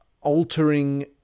altering